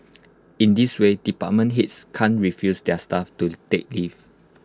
in this way department heads can't refuse their staff to take leave